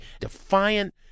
defiant